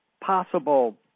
possible